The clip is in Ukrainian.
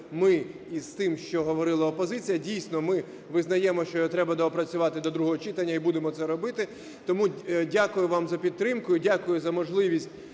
ми, із тим, що говорила опозиція. Дійсно, ми визнаємо, що його треба допрацювати до другого читанні, і будемо це робити. Тому дякую вам за підтримку і дякую за можливість